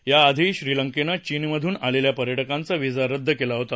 याआधी श्रीलंकेनं चीनमधून आलेल्या पर्यटकांचा व्हिसा रद्द केला होता